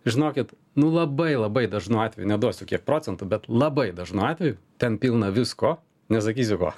žinokit nu labai labai dažnu atveju neduosiu kiek procentų bet labai dažnu atveju ten pilna visko nesakysiu ko